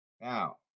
Now